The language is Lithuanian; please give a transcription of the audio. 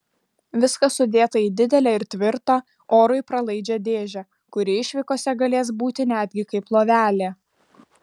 viskas sudėta į didelę ir tvirtą orui pralaidžią dėžę kuri išvykose galės būti netgi kaip lovelė